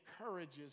encourages